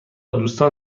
دوستان